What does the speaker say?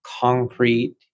concrete